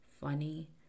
funny